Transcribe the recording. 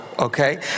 Okay